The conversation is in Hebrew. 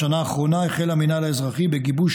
בשנה האחרונה החל המינהל האזרחי בגיבוש